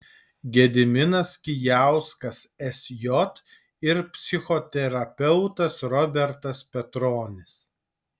gediminas kijauskas sj ir psichoterapeutas robertas petronis